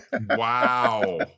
wow